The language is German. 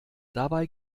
dabei